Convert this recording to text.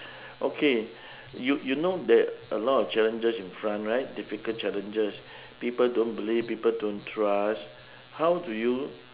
okay you you know there a lot of challenges in front right difficult challenges people don't believe people don't trust how do you